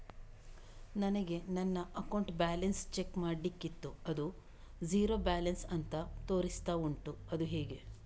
ನನಗೆ ನನ್ನ account balance check ಮಾಡ್ಲಿಕ್ಕಿತ್ತು ಅದು ಝೀರೋ ಬ್ಯಾಲೆನ್ಸ್ ಅಂತ ತೋರಿಸ್ತಾ ಉಂಟು ಅದು ಹೇಗೆ?